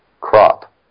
crop